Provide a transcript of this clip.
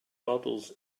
models